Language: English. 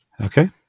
Okay